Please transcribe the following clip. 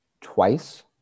twice